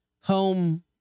home